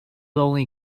only